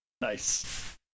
nice